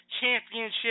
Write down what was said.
championship